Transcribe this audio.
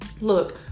Look